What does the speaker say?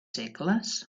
segles